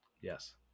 yes